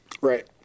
Right